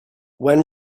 when